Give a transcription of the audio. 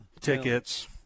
Tickets